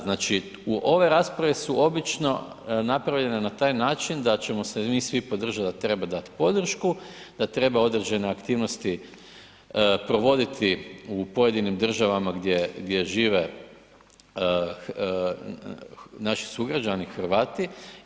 Znači ove rasprave su obično napravljene na ta taj način da ćemo se mi svi podržati da treba dati podršku, da treba određene aktivnosti provoditi u pojedinim državama gdje žive naši sugrađani Hrvati.